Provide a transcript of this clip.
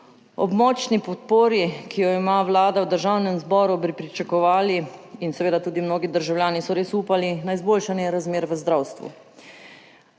Ob močni podpori, ki jo ima Vlada v Državnem zboru, bi pričakovali in seveda tudi mnogi državljani so res upali na izboljšanje razmer v zdravstvu.